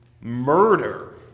murder